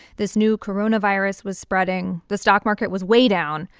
this new coronavirus was spreading. the stock market was way down.